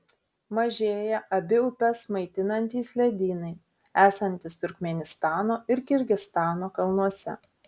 mažėja abi upes maitinantys ledynai esantys turkmėnistano ir kirgizstano kalnuose